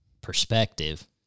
perspective